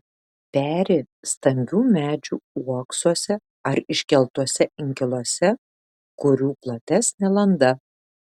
peri stambių medžių uoksuose ar iškeltuose inkiluose kurių platesnė landa